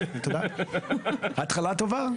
התחלה טובה.